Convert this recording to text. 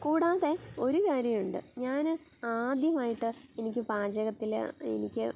കൂടാതെ ഒരു കാര്യമുണ്ട് ഞാൻ ആദ്യമായിട്ട് എനിക്ക് പാചകത്തിൽ എനിക്ക്